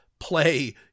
play